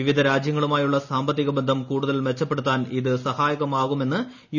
വിവിധ രാജ്യങ്ങളുമായുള്ള സാമ്പത്തിക ബന്ധം കൂടുതൽ മെച്ചപ്പെടുത്താൻ ഇത് സഹായകമാകുമെന്ന് യു